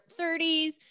30s